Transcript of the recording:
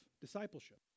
discipleship